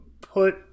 put